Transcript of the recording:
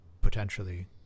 potentially